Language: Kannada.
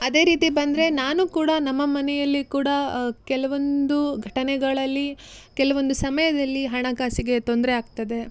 ಅದೇ ರೀತಿ ಬಂದ್ರೆ ನಾನು ಕೂಡ ನಮ್ಮ ಮನೆಯಲ್ಲಿ ಕೂಡ ಕೆಲವೊಂದು ಘಟನೆಗಳಲ್ಲಿ ಕೆಲವೊಂದು ಸಮಯದಲ್ಲಿ ಹಣಕಾಸಿಗೆ ತೊಂದರೆಯಾಗ್ತದೆ